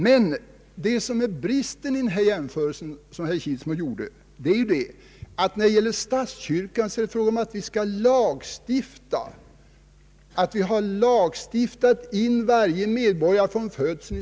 Men bristen i herr Kilsmos jämförelse är ju att när det gäller statskyrkan har vi lagstiftat in varje medborgare från födseln.